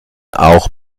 auch